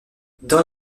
dans